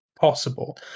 possible